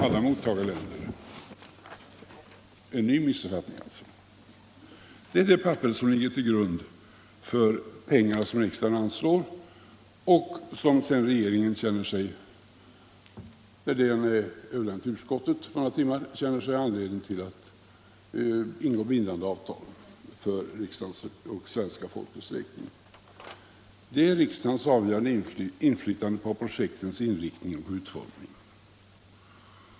Här föreligger alltså en ny missuppfattning. Det är det papper som ligger till grund när riksdagen anslår pengar och med stöd av vilket regeringen, när det är överlämnat till utskottet under några timmar, känner sig ha anledning att ingå bindande avtal för riksdagens och svenska folkets räkning. Det är riksdagens avgörande inflytande på projektens inriktning och utformning!